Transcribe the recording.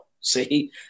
See